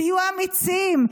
תהיו אמיצים.